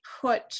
put